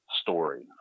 story